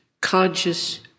conscious